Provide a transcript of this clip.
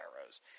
arrows